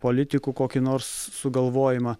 politikų kokį nors sugalvojimą